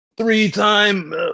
three-time